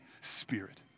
spirit